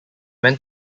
went